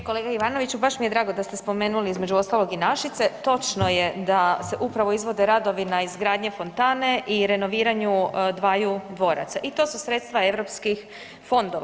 E kolega Ivanoviću, baš mi je drago da ste spomenuli između ostalog i Našice, točno je da se upravo izvode radovi na izgradnji fontane i renoviranju dvaju dvoraca, i to su sredstva europskih fondova.